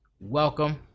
Welcome